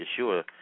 Yeshua